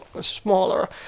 smaller